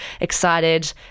excited